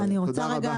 תודה רבה.